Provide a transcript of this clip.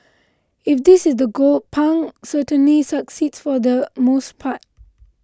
if this is the goal Pang certainly succeeds for the most part